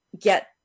get